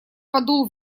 подул